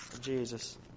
Jesus